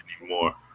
anymore